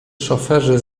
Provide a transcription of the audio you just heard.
szoferzy